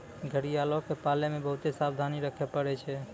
घड़ियालो के पालै मे बहुते सावधानी रक्खे पड़ै छै